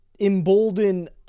embolden